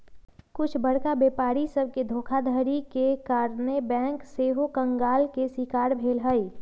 कुछ बरका व्यापारी सभके धोखाधड़ी के कारणे बैंक सेहो कंगाल के शिकार भेल हइ